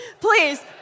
Please